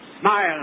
smile